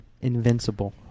Invincible